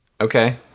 Okay